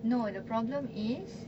no the problem is